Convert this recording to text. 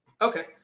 Okay